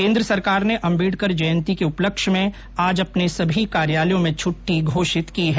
केंद्र सरकार ने अम्बेडकर जयंती के उपलक्ष्य में आज अपने सभी कार्यालयों में छट्टी घोषित की है